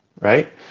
right